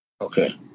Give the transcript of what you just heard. Okay